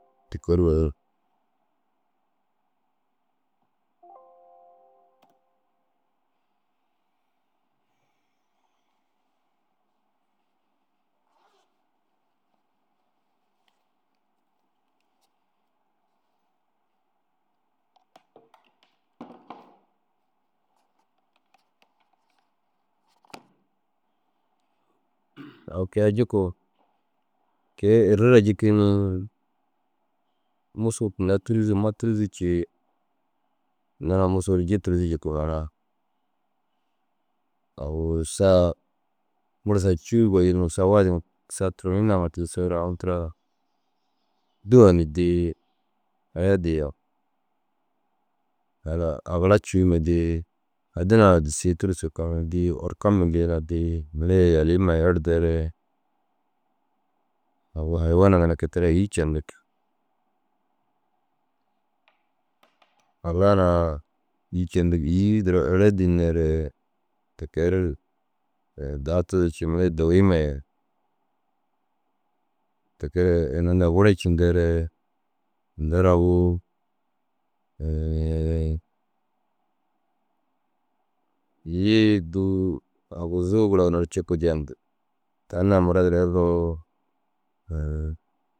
Tike ru mura au kei ai jikuu kee- i irri daa yiki ni mûruu inda tîrizi ma tîrizi cii. Tinda na mûsuu ru ji tûruzi jikimaa. Agu sa mur saa cûu ru goji ni sa tahit ŋa sa turonii nawuŋa tigisoore au tira dô-a na dii aya dii. Halas agira cûu na dii hadina na disii tûrusuu kega dii orka dii mere ye yalii huma ye erdeere agu hayiwana ginna kôi te daa îyi cendig. Hayiwanaa îyi cendig îyii duro ere dîndeere ti ke ru daa tuzu cii mere ye dowii huma ye. Te ke ina hundaa worocindeere tinda ru agu yii dû-u aguzuu gora ginna ru cuku jentu. Tani na marad erroo